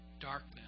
Darkness